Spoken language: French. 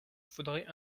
faudrait